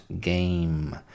Game